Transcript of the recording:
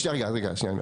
שנייה רגע,